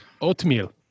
Oatmeal